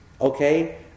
okay